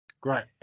Great